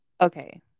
okay